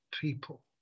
people